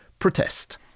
protest